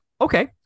okay